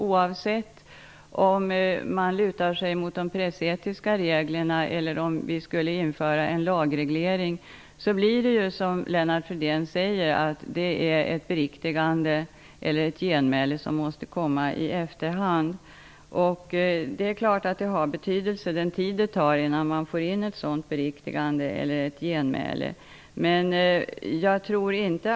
Oavsett om man lutar sig mot de pressetiska reglerna eller om vi skulle införa en lagreglering måste beriktigandet eller genmälet, som Lennart Fridén säger, komma i efterhand. Det är klart att den tid det tar innan man får in ett sådant beriktigande eller genmäle har betydelse.